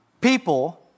people